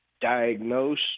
diagnose